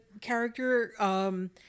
character